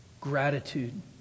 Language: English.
gratitude